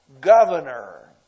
governor